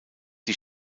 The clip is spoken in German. die